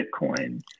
bitcoin